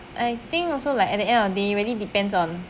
I think also like at the end of day really depends on